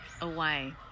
away